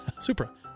Supra